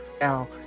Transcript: Now